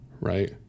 Right